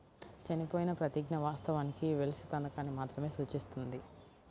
చనిపోయిన ప్రతిజ్ఞ, వాస్తవానికి వెల్ష్ తనఖాని మాత్రమే సూచిస్తుంది